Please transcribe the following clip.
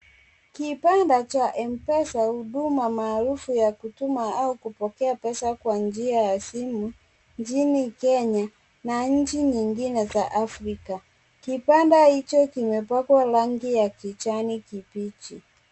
Kibanda cha Mpesa huduma maarufu ya kutuma au kopkea pesa kwa njia ya simu nchini kenya na nchi nyingine za afrika. Kibanda hicho kimepakwa rangi ya kijani kibichi.